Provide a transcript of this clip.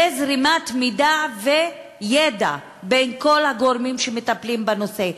וזרימת מידע וידע בין כל הגורמים שמטפלים בנושא.